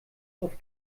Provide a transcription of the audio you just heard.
auf